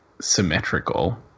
symmetrical